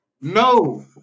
No